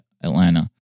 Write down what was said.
Atlanta